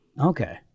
Okay